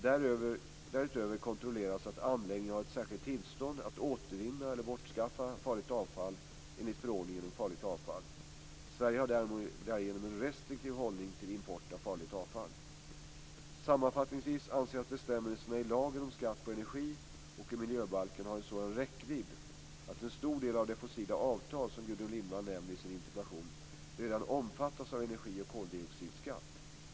Därutöver kontrolleras att anläggningen har ett särskilt tillstånd att återvinna eller bortskaffa farligt avfall enligt förordningen om farligt avfall. Sverige har därigenom en restriktiv hållning till import av farligt avfall. Sammanfattningsvis anser jag att bestämmelserna i lagen om skatt på energi och i miljöbalken har en sådan räckvidd att en stor del av det fossila avfall som Gudrun Lindvall nämner i sin interpellation redan omfattas av energi och koldioxidskatt.